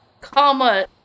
comma